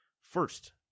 First